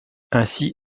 ainsi